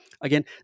again